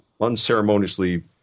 unceremoniously